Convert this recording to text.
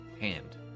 hand